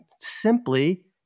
simply